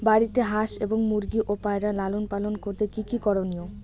বাড়িতে হাঁস এবং মুরগি ও পায়রা লালন পালন করতে কী কী করণীয়?